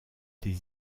des